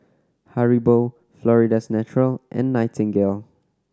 Haribo Florida's Natural and Nightingale